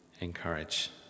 encourage